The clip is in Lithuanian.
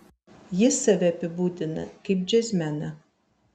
jis save apibūdina kaip džiazmeną